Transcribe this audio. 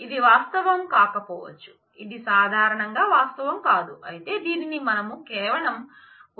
ఇది వాస్తవం కాకపోవచ్చు ఇది సాధారణంగా వాస్తవం కాదు అయితే దీనిని మనం కేవలం ఉదాహరణగా చూపిస్తున్నాం